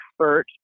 expert